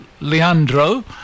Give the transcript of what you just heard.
Leandro